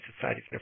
Society